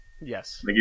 Yes